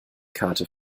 karte